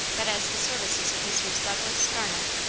but as the services of messrs. douglass, garnet,